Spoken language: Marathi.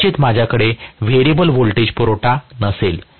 कदाचित माझ्याकडे व्हेरिएबल व्होल्टेज पुरवठा नसेल